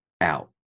out